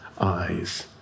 eyes